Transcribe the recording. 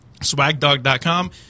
SwagDog.com